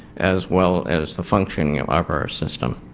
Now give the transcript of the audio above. as well as the functioning of our system.